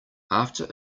after